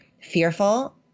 fearful